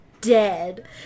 dead